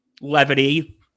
levity